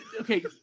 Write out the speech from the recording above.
Okay